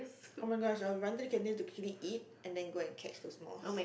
oh-my-gosh I will run to the canteen to quickly eat and then go and catch those moths